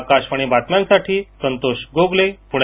आकाशवाणी बातम्यांसाठी संतोंष गोगले पूणे